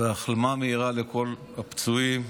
והחלמה מהירה לכל הפצועים.